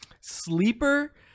sleeper